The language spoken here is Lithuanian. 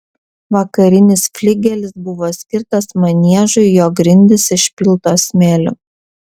vakarinis fligelis buvo skirtas maniežui jo grindys išpiltos smėliu